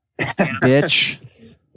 bitch